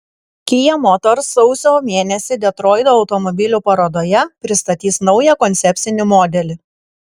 kia motors sausio mėnesį detroito automobilių parodoje pristatys naują koncepcinį modelį